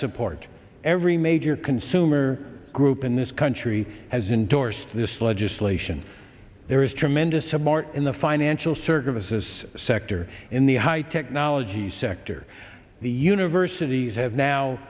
support every major consumer group in this country has indorsed this legislation there is tremendous some art in the financial services sector in the high technology sector the universities have now